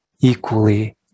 equally